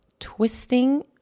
twisting